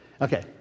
Okay